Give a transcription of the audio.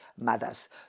mothers